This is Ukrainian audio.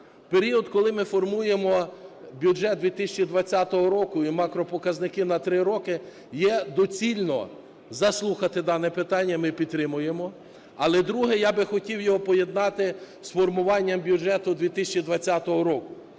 період, коли ми формуємо бюджет 2020 року і макропоказники на три роки, є доцільно заслухати дане питання. Ми підтримуємо. Але друге, я би хотів його поєднати з формуванням бюджету 2020 року.